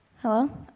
Hello